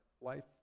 life